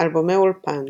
אלבומי אולפן